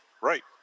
Right